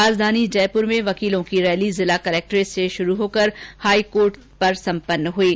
राजधानी जयपुर में वकीलों की रैली जिला कलेक्ट्रेट से रवाना होकर हाईकोर्ट तक पहुंची